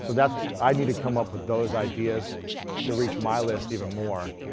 so that's, i need to come up with those ideas to reach my list even more.